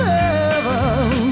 heaven